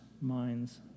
minds